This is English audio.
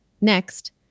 Next